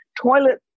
toilet